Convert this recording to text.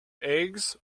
eggs